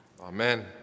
Amen